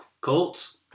Colts